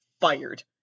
fired